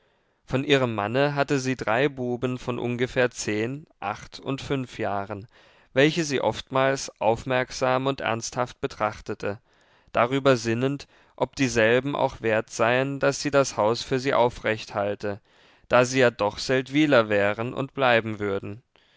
von ihrem manne hatte sie drei buben von ungefähr zehn acht und fünf jahren welche sie oftmals aufmerksam und ernsthaft betrachtete darüber sinnend ob dieselben auch wert seien daß sie das haus für sie aufrechthalte da sie ja doch seldwyler wären und bleiben würden